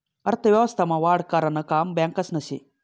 अर्थव्यवस्था मा वाढ करानं काम बॅकासनं से